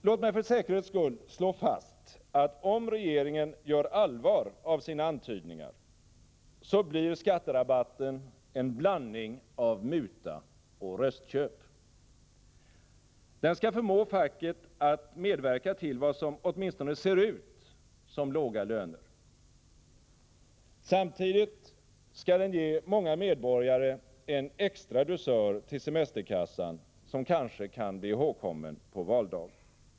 Låt mig för säkerhets skull slå fast att om regeringen gör allvar av sina antydningar, så blir skatterabatten en blandning av muta och röstköp. Den skall förmå facket att medverka till vad som åtminstone ser ut som låga löner. Samtidigt skall den ge många medborgare en extra dusör till semesterkassan, som kanske kan bli ihågkommen på valdagen.